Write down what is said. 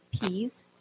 peas